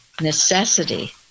necessity